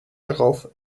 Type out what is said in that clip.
darauf